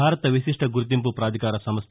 భారత విశిష్ణ గుర్తింపు ప్రాధికార సంస్ల